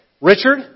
Richard